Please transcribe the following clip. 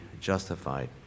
justified